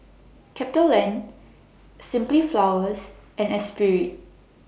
CapitaLand Simply Flowers and Espirit